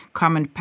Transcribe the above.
common